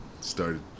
started